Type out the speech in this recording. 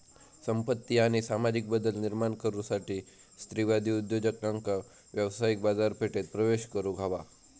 संपत्ती आणि सामाजिक बदल निर्माण करुसाठी स्त्रीवादी उद्योजकांका व्यावसायिक बाजारपेठेत प्रवेश करुक हवा